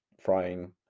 frying